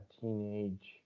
teenage